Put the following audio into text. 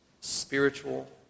Spiritual